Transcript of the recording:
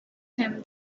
him